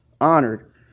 honored